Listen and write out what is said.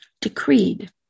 decreed